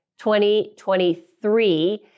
2023